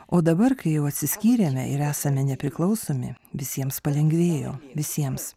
o dabar kai jau atsiskyrėme ir esame nepriklausomi visiems palengvėjo visiems